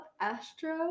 Astro